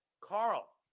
Carl